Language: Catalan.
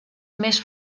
més